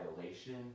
violation